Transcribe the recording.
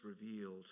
revealed